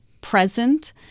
present